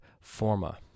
Forma